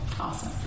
Awesome